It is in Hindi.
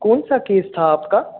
कौनसा केस था आपका